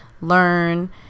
learn